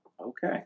Okay